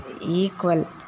equal